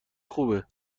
خوبه